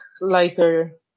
lighter